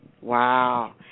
Wow